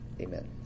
Amen